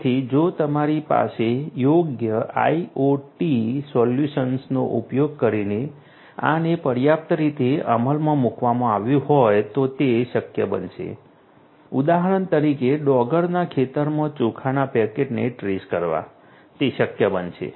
તેથી જો તમારી પાસે યોગ્ય IoT સોલ્યુશન્સનો ઉપયોગ કરીને આને પર્યાપ્ત રીતે અમલમાં મૂકવામાં આવ્યું હોય તો તે શક્ય બનશે ઉદાહરણ તરીકે ડાંગરના ખેતરમાં ચોખાના પેકેટને ટ્રેસ કરવા તે શક્ય બનશે